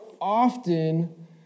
often